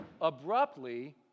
abruptly